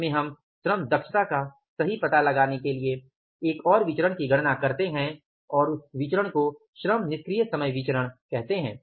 बीच में हम श्रम दक्षता का सही पता लगाने के लिए एक और विचरण की गणना करते हैं और उस विचरण को श्रम निष्क्रिय समय विचरण कहते है